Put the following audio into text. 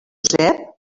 josep